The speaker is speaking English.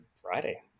Friday